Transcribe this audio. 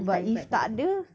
but if tak ada